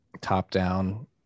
top-down